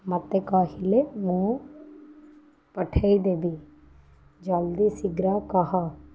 ମୋତେ କହିଲେ ମୁଁ ପଠେଇଦେବି ଜଲ୍ଦି ଶୀଘ୍ର କହ